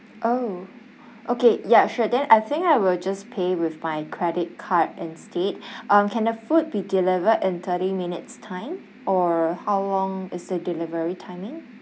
oh okay ya sure then I think I will just pay with my credit card instead um can the food be delivered in thirty minutes time or how long is the delivery timing